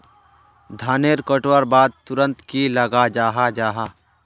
धानेर कटवार बाद तुरंत की लगा जाहा जाहा?